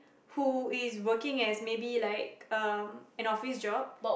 who is working as maybe like um an office job